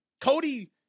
Cody